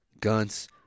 guns